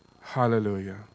Hallelujah